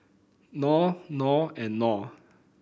Knorr Knorr and Knorr